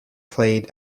played